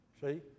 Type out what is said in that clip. see